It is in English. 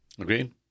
Agreed